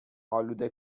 آلوده